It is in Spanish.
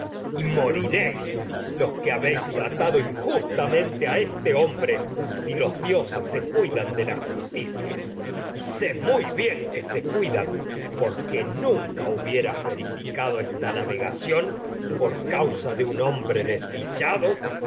y moriréis los que habéis tratado injustamente se este hombre si los dioses cuidan de la justicia y sé muy bien que se cuidan porque nunca hubieras ve esta rificado navegación por causa no de un hombre des dichado